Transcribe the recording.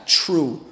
true